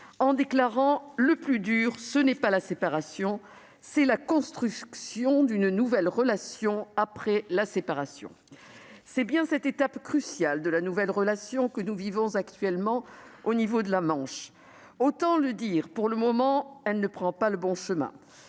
en déclarant que « le plus dur, ce n'est pas la séparation, c'est la construction d'une nouvelle relation après la séparation. » Or c'est bien une étape cruciale de cette nouvelle relation que nous vivons actuellement de part et d'autre de la Manche et, autant le dire, pour le moment, elle ne prend pas le bon chemin